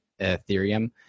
Ethereum